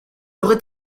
aurait